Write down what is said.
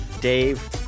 Dave